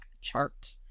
chart